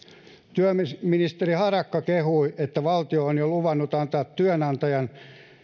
työministeri harakka kehui että valtio on jo luvannut antaa työnantajan